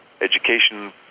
education